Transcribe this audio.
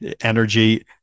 energy